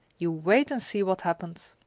you wait and see what happened!